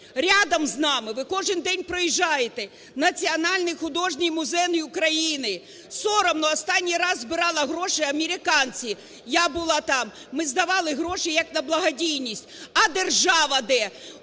Рядом з нами - ви кожен день проїжджаєте, - Національний художній музей України. Соромно! Останній раз збирали гроші американці, я була там, ми здавали гроші як на благодійність. А держава де?